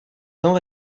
temps